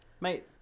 Mate